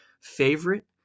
favorite